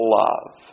love